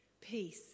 peace